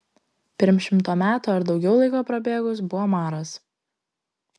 pirm šimto metų ar daugiau laiko prabėgus buvo maras